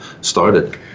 started